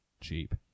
cheap